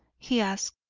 he asked.